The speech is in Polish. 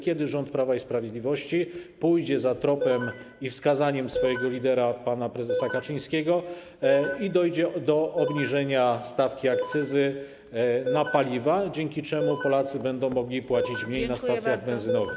Kiedy rząd Prawa i Sprawiedliwości pójdzie za tropem i wskazaniem swojego lidera pana prezesa Kaczyńskiego i dojdzie do obniżenia stawki akcyzy na paliwa, dzięki czemu Polacy będą mogli płacić mniej na stacjach benzynowych?